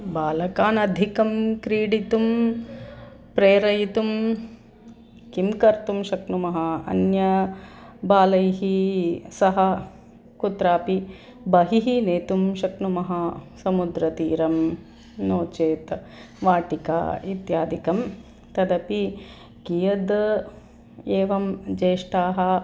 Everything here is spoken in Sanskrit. बालकान् अधिकं क्रीडितुं प्रेरयितुं किं कर्तुं शक्नुमः अन्यैः बालैः सह कुत्रापि बहिः नेतुं शक्नुमः समुद्रतीरं नो चेत् वाटिकाम् इत्यादिकं तदपि कियद् एवं ज्येष्ठाः